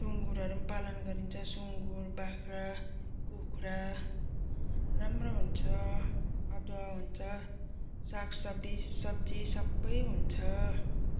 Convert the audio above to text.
सुँगुरहरू पनि पालन गरिन्छ सुँगुर बाख्रा कुखुरा राम्रो हुन्छ अदुवा हुन्छ साग सबी सब्जी सबै हुन्छ